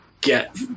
get